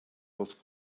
was